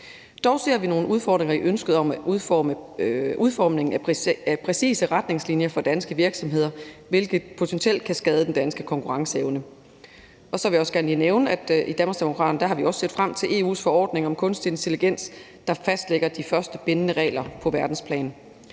Dog ser vi nogle udfordringer i ønsket om udformningen af præcise retningslinjer for danske virksomheder, som potentielt kan skade den danske konkurrenceevne. Så vil jeg også gerne lige nævne, at vi i Danmarksdemokraterne også har set frem til EU's forordning om kunstig intelligens, der fastlægger de første bindende regler på verdensplan.